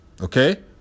Okay